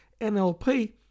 NLP